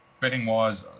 Betting-wise